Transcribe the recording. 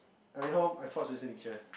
I home I forge the signature